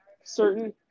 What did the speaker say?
certain